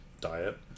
diet